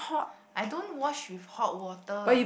I don't wash with hot water